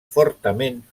fortament